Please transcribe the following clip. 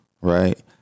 right